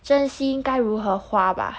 真心应该如何花吧